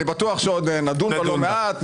אני בטוח שעוד נדון פה לא מעט,